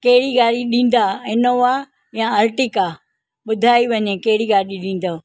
कहिड़ी गाड़ी ॾींदा इनॉवा या अरटिगा ॿुधाई वञे कहिड़ी गाॾी ॾींदो